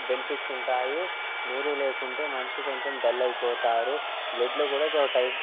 benefits ఉంటాయి నీరు లేకుంటే మనిషి కొంచెం డల్ అయిపోతారు బ్లడ్లో కూడా అదో టైప్